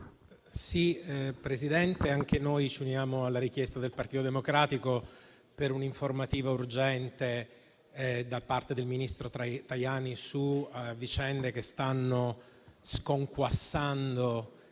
Presidente, anche noi ci uniamo alla richiesta del Partito Democratico per chiedere un'informativa urgente da parte del ministro Tajani su vicende che stanno sconquassando la